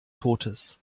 totes